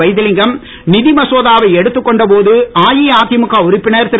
வைத்திலிங்கம் நிதி மசோதாவை எடுத்துக் கொண்ட போது அஇஅதிமுக உறுப்பினர் திரு